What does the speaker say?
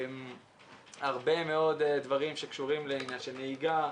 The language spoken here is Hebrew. הרבה מאוד דברים שקשורים לעניין של נהיגה,